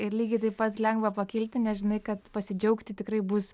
ir lygiai taip pat lengva pakilti nes žinai kad pasidžiaugti tikrai bus